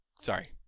Sorry